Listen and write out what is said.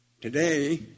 Today